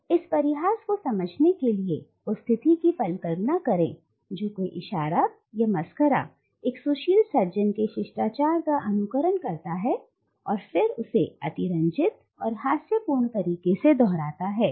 और इस परिहास को समझने के लिए उस स्थिति की कल्पना करें जब कोई इशारा या मसखरा एक सुशील सज्जन के शिष्टाचार का अनुकरण करता है और फिर उसे अतिरंजित और हास्य पूर्ण तरीके से दोहराता है